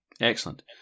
Excellent